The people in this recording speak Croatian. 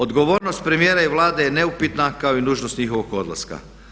Odgovornost premijera i Vlade je neupitna kao i nužnost njihovog odlaska.